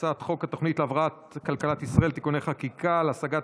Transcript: הצעת חוק התוכנית להבראת כלכלת ישראל (תיקוני חקיקה להשגת